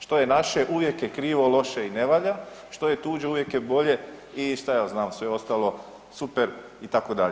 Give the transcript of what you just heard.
Što je naše uvijek je krivo, loše i ne valja, što je tuđe uvijek je bolje i šta ja znam sve ostalo super itd.